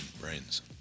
brains